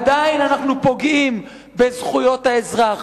עדיין אנחנו פוגעים בזכויות האזרח,